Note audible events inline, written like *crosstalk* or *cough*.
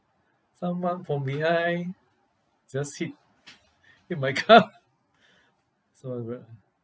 someone from behind just hit hit my car *laughs* so I'm very